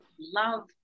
love